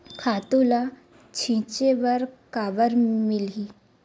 खातु ल छिंचे बर काबर मिलही?